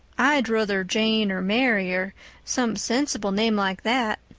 i'd ruther jane or mary or some sensible name like that.